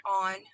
on